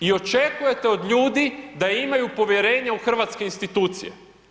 I očekujete od ljudi da imaju povjerenje u hrvatske institucije?